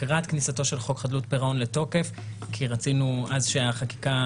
לקראת כניסתו של חוק חדלות פירעון לתוקף כי רצינו אז שהחקיקה